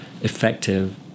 effective